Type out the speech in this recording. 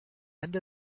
end